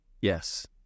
Yes